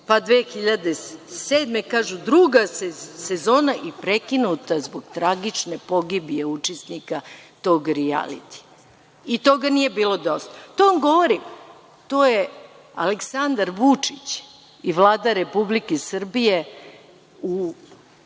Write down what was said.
2007. kažu - druga sezona je prekinuta zbog tragične pogibije učesnika tog rijalitija. I toga nije bilo dosta. To vam govori, tu je Aleksandar Vučić i Vlada Republike Srbije u